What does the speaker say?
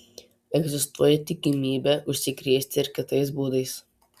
egzistuoja tikimybė užsikrėsti ir kitais būdais